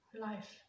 life